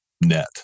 net